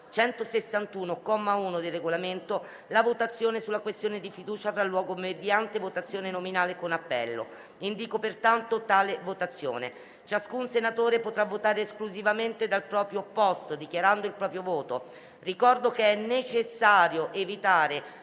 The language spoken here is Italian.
1, del Regolamento, la votazione sulla questione di fiducia avrà luogo mediante votazione nominale con appello. Ciascun senatore potrà votare esclusivamente dal proprio posto, dichiarando il proprio voto. Ricordo che è necessario evitare